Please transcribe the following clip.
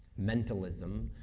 mentalism,